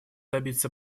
добиться